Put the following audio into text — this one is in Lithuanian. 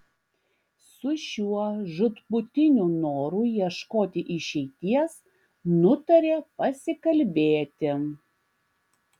su šiuo žūtbūtiniu noru ieškoti išeities nutarė pasikalbėti